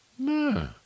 No